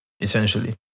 essentially